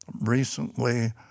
recently